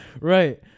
Right